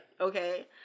okay